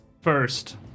first